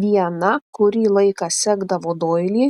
viena kurį laiką sekdavo doilį